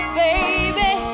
baby